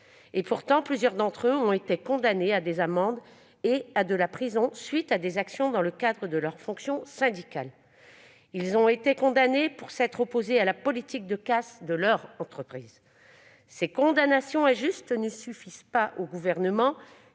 Pourtant, plusieurs d'entre eux ont été condamnés à des amendes et des peines de prison à la suite d'actions menées dans le cadre de leurs fonctions syndicales. Ils l'ont été pour s'être opposés à la politique de casse de leur entreprise. Ces condamnations injustes ne suffisent pas au Gouvernement,